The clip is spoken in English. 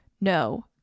No